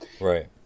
Right